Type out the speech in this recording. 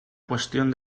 cuestión